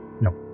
No